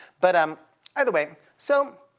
but um either way. so